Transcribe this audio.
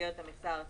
במסגרת המכסה הארצית,